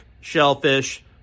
shellfish